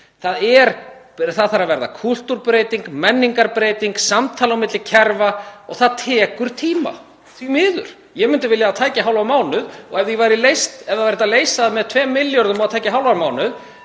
Það þarf að verða kúltúrbreyting, menningarbreyting, samtal á milli kerfa og það tekur tíma, því miður. Ég myndi vilja að það tæki hálfan mánuð og ef það væri hægt að leysa það með 2 milljörðum og það tæki hálfan mánuð,